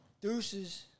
Deuces